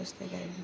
स्वास्थ्यकारक हुन्छ